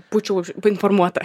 būčiau informuota